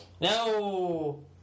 No